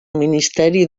ministeri